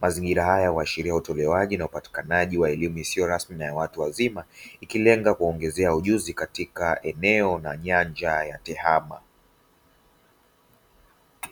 Mazingira haya huashiria utolewaji na upatikanaji wa elimu isiyo rasmi na ya watu wazima, ikilenga kuwaongezea ujuzi katika eneo na nyanja ya tehema.